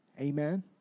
Amen